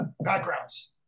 backgrounds